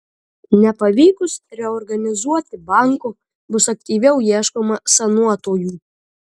nepavykus reorganizuoti banko bus aktyviau ieškoma sanuotojų